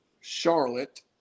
Charlotte